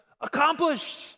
accomplished